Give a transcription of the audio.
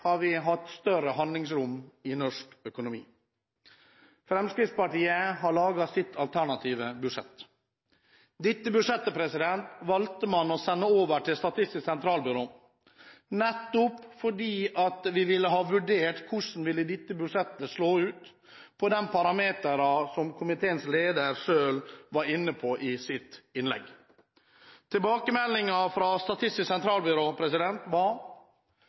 har vi hatt større handlingsrom i norsk økonomi. Vi i Fremskrittspartiet har laget vårt alternative budsjett. Dette budsjettet valgte vi å sende over til Statistisk sentralbyrå fordi vi ville ha vurdert hvordan dette budsjettet ville slå ut på de parameterne som komiteens leder selv var inne på i sitt innlegg. Tilbakemeldingen fra Statistisk sentralbyrå var: